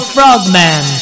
Frogman